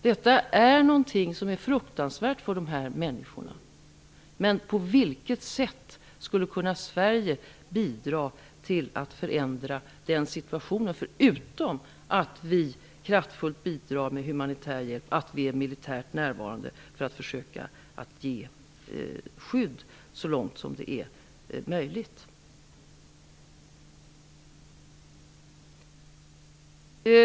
Detta är någonting fruktansvärt för dessa människor. Men på vilket sätt skulle Sverige kunna bidra till att förändra den situationen -- förutom att vi kraftfullt bidrar med humanitär hjälp och att vi är militärt närvarande för att försöka att ge skydd så långt som det är möjligt?